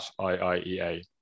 IIEA